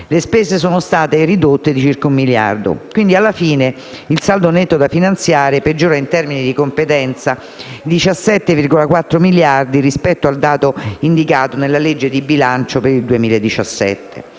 Le spese sono state ridotte di circa un miliardo. Alla fine, il saldo netto da finanziare peggiora in termini di competenza di 17,4 miliardi rispetto al dato indicato nella legge di bilancio per il 2017.